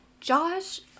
Josh